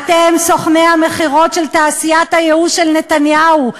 אתם סוכני המכירות של תעשיית הייאוש של נתניהו.